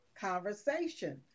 conversation